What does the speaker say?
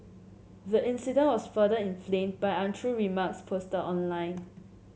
the incident was further inflamed by untrue remarks posted online